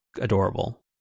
adorable